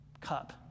cup